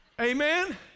Amen